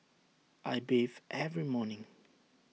I bathe every morning